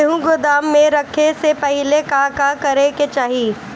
गेहु गोदाम मे रखे से पहिले का का करे के चाही?